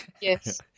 Yes